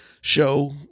show